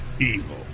evil